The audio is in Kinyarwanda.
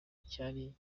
cyari